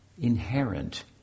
inherent